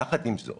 יחד עם זאת,